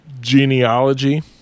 genealogy